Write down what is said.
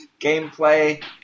Gameplay